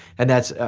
and that's,